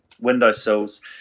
windowsills